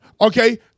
Okay